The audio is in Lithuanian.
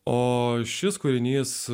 o šis kūrinys